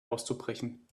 auszubrechen